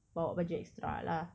bawa baju extra lah